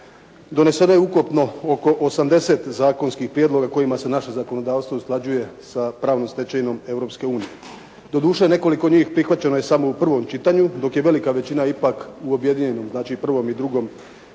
doneseno je ukupno oko 80 zakonskih prijedloga koji se naše zakonodavstvo usklađuje sa pravnom stečevinom Europske unije. Doduše nekoliko njih prihvaćeno je samo u prvom čitanju, dok je velika većina ipak u objedinjenom, znači u prvom i drugom